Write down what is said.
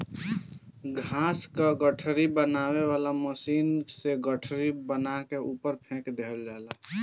घास क गठरी बनावे वाला मशीन से गठरी बना के ऊपर फेंक देहल जाला